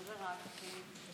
שר וחבר כנסת בישראל,